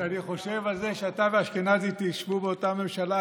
כשאני חושב על זה שאתה ואשכנזי תשבו באותה הממשלה,